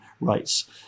rights